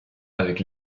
avec